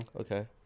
Okay